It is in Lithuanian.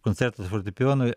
koncertas fortepijonui